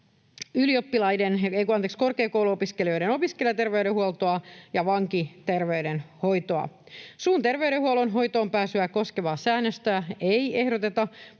korkeakouluopiskelijoiden opiskelijaterveydenhuoltoa ja vankiterveydenhoitoa. Suun tervey-denhuollon hoitoonpääsyä koskevaa säännöstä ei ehdoteta